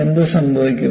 എന്ത് സംഭവിക്കും